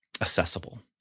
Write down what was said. accessible